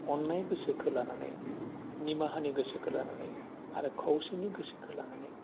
अन्नाय गोसोखौ लानानै निमाहानि गोसोखौ लानानै आरो खौसेनि गोसोखौ लानानै